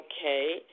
okay